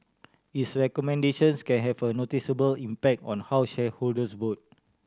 its recommendations can have a noticeable impact on how shareholders vote